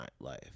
nightlife